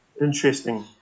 interesting